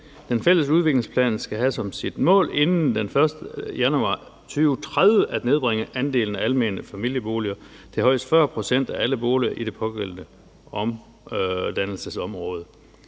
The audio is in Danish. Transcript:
Den fælles udviklingsplan skal have som sit mål inden den 1. januar 2030 at nedbringe andelen af almene familieboliger til højst 40 pct. af alle boliger i det pågældende